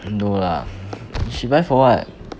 no lah she buy for what